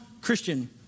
Christian